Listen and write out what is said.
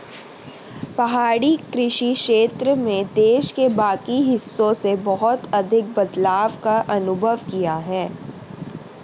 पहाड़ी कृषि क्षेत्र में देश के बाकी हिस्सों से बहुत अधिक बदलाव का अनुभव किया है